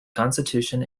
constitution